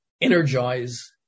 energize